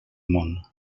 món